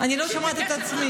אני לא שומעת את עצמי.